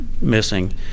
missing